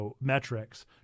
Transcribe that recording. metrics